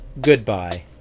goodbye